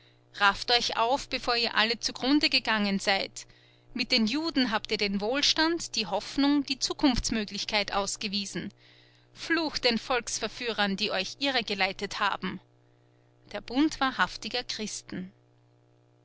rafft euch auf bevor ihr alle zugrunde gegangen seid mit den juden habt ihr den wohlstand die hoffnung die zukunftsmöglichkeit ausgewiesen fluch den volksverführern die euch irregeleitet haben der bund wahrhaftiger christen